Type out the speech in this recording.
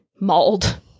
mauled